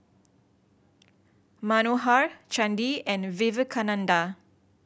Manohar Chandi and Vivekananda